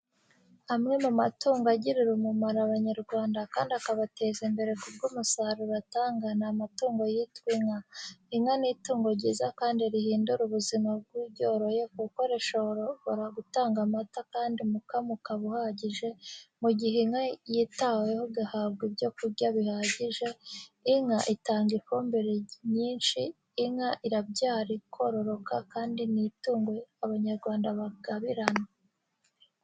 Amwe mu matungo agirira umumaro Abanyarwanda kandi akabateza imbere ku bw'umusaruro atanga ni amatungo yitwa inka. Inka ni itungo ryiza kandi rihindura ubuzima bw'uryoroye kuko rishobora gutanga amata kandi umukamo ukaba uhagije mu gihe inka yitaweho igahabwa ibyo kurya bihagije, inka itanga ifumbire nyinshi, inka irabyara ikororoka kandi ni itungo Abanyarwanda bagabirana.